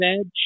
edge